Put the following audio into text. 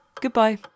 goodbye